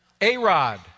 A-Rod